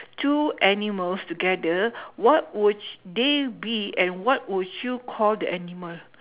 two animals together what would y~ they be and what would you call the animal